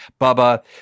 Bubba